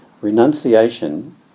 Renunciation